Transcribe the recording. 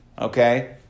Okay